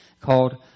called